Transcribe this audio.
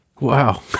Wow